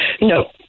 No